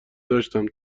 داشتم